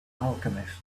alchemist